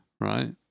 right